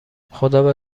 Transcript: خدابه